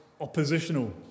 oppositional